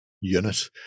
unit